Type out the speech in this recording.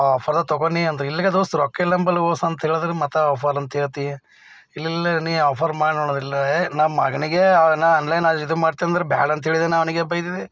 ಆ ಆಫರ್ದಾಗ ತಗೋ ನೀ ಅಂದ್ರೆ ಇಲ್ಲಿಗೆ ದೋಸ್ತ್ ರೊಕ್ಕ ಇಲ್ಲಿ ಅಂಬಲ್ ಓಸ್ ಅಂಥೇಳಿದ್ರೆ ಮತ್ತೆ ಆಫರ್ ಅಂತ ಹೇಳ್ತಿ ಇಲ್ಲೆಲ್ಲ ನೀನು ಆಫರ್ ಮಾಡಿ ನೋಡೋದಿಲ್ಲ ಹೆ ನಮ್ಮ ಮಗನಿಗೆ ನಾನು ಆನ್ಲೈನ್ನಾಗ ಇದು ಮಾಡ್ತೀ ಅಂದ್ರೆ ಬೇಡ ಅಂತ ಹೇಳಿದೆ ನಾನು ಅವನಿಗೆ ಬೈದಿದೆ